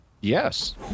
Yes